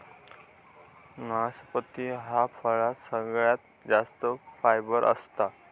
नाशपती ह्या फळात सगळ्यात जास्त फायबर असता